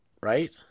Right